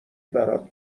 برات